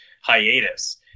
hiatus